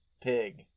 pig